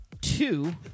Two